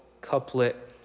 couplet